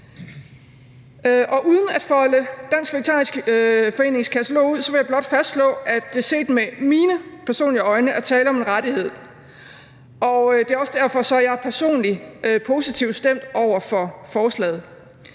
Uden at folde Dansk Vegetarisk Forenings katalog ud vil jeg blot fastslå, at der set med mine øjne er tale om en rettighed. Og det er også derfor, at jeg personligt er positivt stemt over for forslaget.